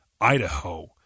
Idaho